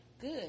Good